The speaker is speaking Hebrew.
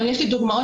יש לי דוגמאות.